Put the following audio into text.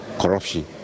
corruption